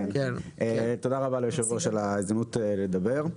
תודה רבה ליושב-ראש על ההזדמנות לדבר.